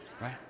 Right